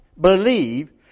believe